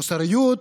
מוסריות,